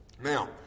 Now